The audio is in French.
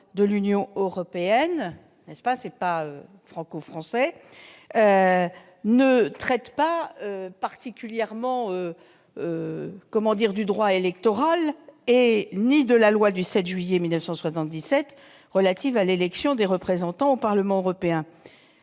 de l'Union européenne ; ce n'est donc pas franco-français -ne traiteront pas particulièrement du droit électoral ni de la loi du 7 juillet 1977 relative à l'élection des représentants au Parlement européen.